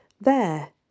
There